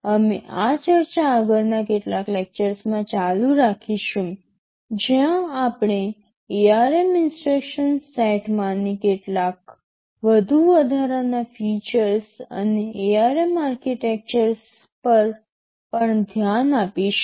અમે આ ચર્ચા આગળના કેટલાક લેક્ચર્સમાં ચાલુ રાખીશું જ્યાં આપણે ARM ઇન્સટ્રક્શન સેટમાંની કેટલાક વધુ વધારાના ફીચર્સ અને ARM આર્કિટેક્ચર્સ પર પણ ધ્યાન આપીશું